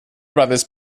brothers